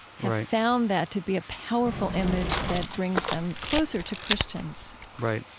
have found that to be a powerful image that brings them closer to christians right.